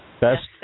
Best